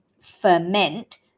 ferment